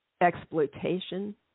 exploitation